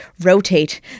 rotate